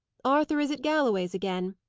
arthur is at galloway's again,